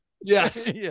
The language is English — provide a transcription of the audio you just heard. Yes